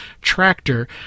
tractor